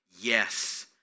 yes